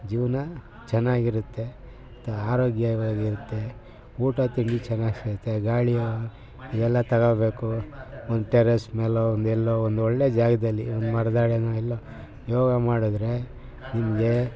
ಜೀವನ ಚೆನ್ನಾಗಿರುತ್ತೆ ಮತ್ತು ಆರೋಗ್ಯವಾಗಿರುತ್ತೆ ಊಟ ತಿಂಡಿ ಚೆನ್ನಾಗಿ ಸೇರುತ್ತೆ ಗಾಳಿ ಇವೆಲ್ಲ ತಗೊಳ್ಬೇಕು ಒಂದು ಟೆರೆಸ್ ಮೇಲೋ ಒಂದೆಲ್ಲೋ ಒಂದೊಳ್ಳೆ ಜಾಗದಲ್ಲಿ ಮರದಡಿನೋ ಎಲ್ಲೋ ಯೋಗ ಮಾಡಿದ್ರೆ ನಿಮಗೆ